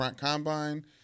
combine